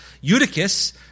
Eutychus